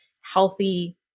healthy